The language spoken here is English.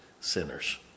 sinners